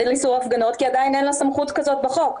הפגנות, כי עדיין אין לה סמכות כזאת בחוק.